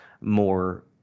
more